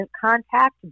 contact